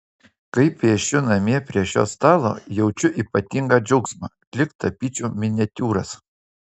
kai piešiu namie prie šio stalo jaučiu ypatingą džiaugsmą lyg tapyčiau miniatiūras